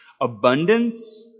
abundance